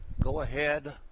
go-ahead